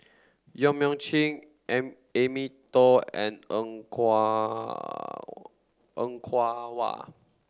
Yong Mun Chee Amy and Er Kwong Er Kwong Wah